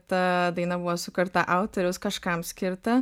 ta daina buvo sukurta autoriaus kažkam skirta